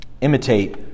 imitate